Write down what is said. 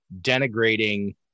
denigrating